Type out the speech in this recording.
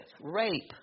Rape